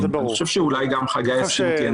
אני חושב שגם חגי יסכים אתי.